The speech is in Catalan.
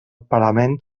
parament